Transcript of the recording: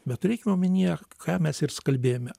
bet turėkim omenyje ką mes ir s kalbėjome